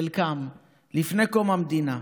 חלקם לפני קום המדינה.